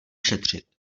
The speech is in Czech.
šetřit